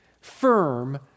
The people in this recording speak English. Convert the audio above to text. firm